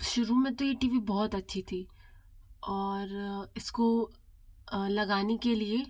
शुरू में तो ये टी वी बहुत अच्छी थी और इसको लगाने के लिए